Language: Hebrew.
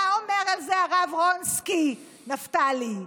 מה אומר על זה הרב רונצקי, נפתלי?